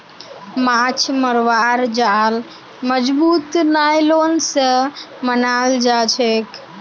माछ मरवार जाल मजबूत नायलॉन स बनाल जाछेक